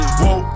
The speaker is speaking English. whoa